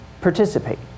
participate